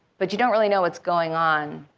but you don't really know what's going on.